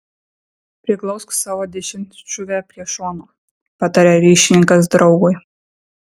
priglausk savo dešimtšūvę prie šono pataria ryšininkas draugui